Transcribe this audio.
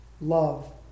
love